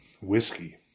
whiskey